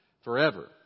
forever